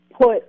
put